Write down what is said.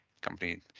company